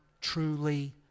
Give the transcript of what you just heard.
truly